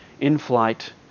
in-flight